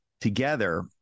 together